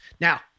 Now